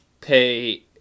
pay